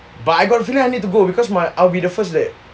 but I got feeling I need to go because I will be the first leh